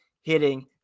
hitting